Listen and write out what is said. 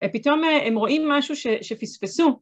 ‫ופתאום הם רואים משהו שפספסו.